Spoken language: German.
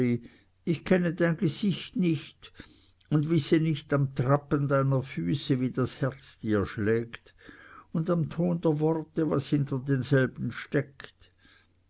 ich kenne dein gesicht nicht und wisse nicht am trappen deiner füße wie das herz dir schlägt und am ton der worte was hinter denselben steckt